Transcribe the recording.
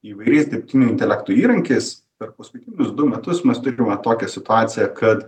įvairiais dirbtinio intelekto įrankis per paskutinius du metus mes turime tokią situaciją kad